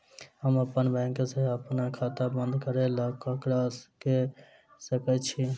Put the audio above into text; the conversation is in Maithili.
हम अप्पन बैंक सऽ अप्पन खाता बंद करै ला ककरा केह सकाई छी?